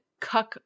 cuck